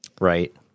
right